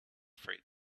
freight